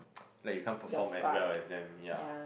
like you can't perform as well them ya